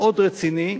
מאוד רציני,